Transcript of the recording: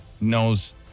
knows